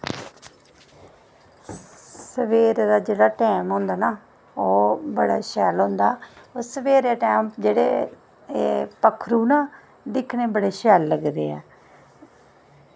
सवेरै दा जेह्ड़ा टैम होंदा ना ओह् बड़ा शैल होंदा सवेरै टैम जेह्ड़े पक्खरू ना दिक्खने गी बड़े शैल लगदे ऐं